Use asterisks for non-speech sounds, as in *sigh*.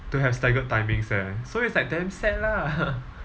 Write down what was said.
to have staggered timings eh so it's like damn sad lah *laughs*